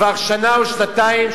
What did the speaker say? כבר שנה או שנתיים,